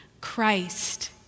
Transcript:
Christ